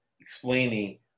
explaining